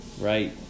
right